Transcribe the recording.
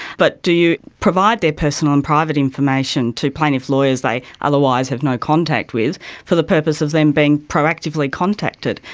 but do you provide their personal and private information to plaintiff lawyers they otherwise have no contact with for the purpose of them being proactively contacted?